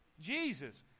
Jesus